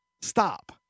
stop